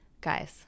guys